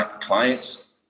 clients